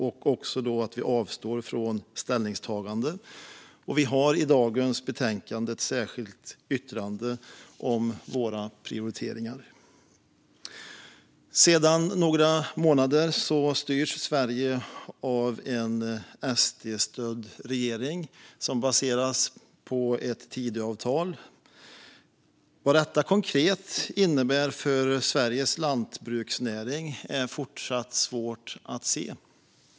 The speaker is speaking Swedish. Vi i Centerpartiet avstår därför från ställningstagande och har i dagens betänkande ett särskilt yttrande om våra prioriteringar. Sedan några månader styrs Sverige av en SD-stödd regering som baseras på Tidöavtalet. Vad detta konkret innebär för Sveriges lantbruksnäring är fortsatt svårt att se.